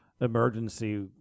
emergency